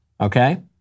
Okay